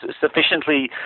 sufficiently